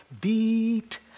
beat